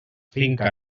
finca